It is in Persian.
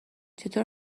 چطور